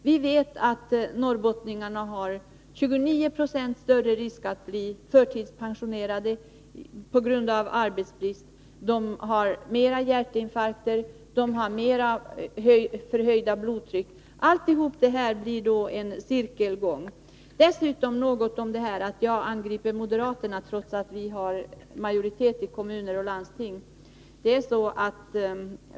Vi vet att norrbottningarna löper 29 96 större risk än människorna i landet i övrigt att bli förtidspensionerade på grund av arbetsbrist, de har fler hjärtinfarkter och fler fall av för högt blodtryck. Allt detta blir en cirkelgång. Dessutom vill jag ta upp påpekandet att jag angrep moderaterna, trots att vi har majoritet i kommuner och landsting.